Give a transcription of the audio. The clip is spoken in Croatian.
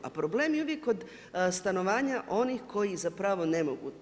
A problem je uvijek kod stanovanja onih koji zapravo ne mogu.